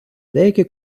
деякі